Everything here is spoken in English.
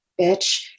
bitch